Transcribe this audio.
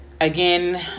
again